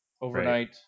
overnight